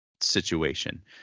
situation